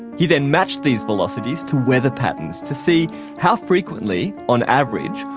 he then matched these velocities to weather patterns to see how frequently on average,